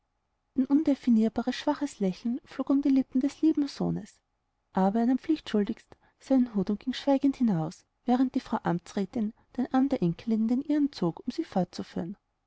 ein undefinierbares schwaches lächeln flog um die lippen des lieben sohnes aber er nahm pflichtschuldigst seinen hut und ging schweigend hinaus während die frau amtsrätin den arm der enkelin in den ihren zog um sie fortzuführen